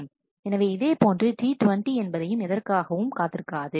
எனவே இதேபோன்று T20 என்பதை எதற்காகவும் காத்திருக்காது